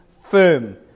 firm